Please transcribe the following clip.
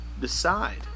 Decide